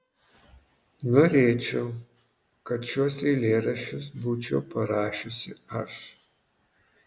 norėčiau kad šiuos eilėraščius būčiau parašiusi aš